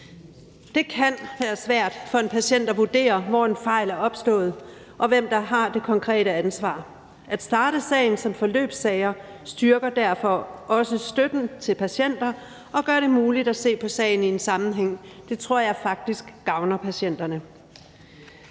Det kan være svært for en patient at vurdere, hvor en fejl er opstået, og hvem der har det konkrete ansvar. At starte sagen som forløbssager styrker derfor også støtten til patienter og gør det muligt at se på sagen i en sammenhæng. Det tror jeg faktisk gavner patienterne.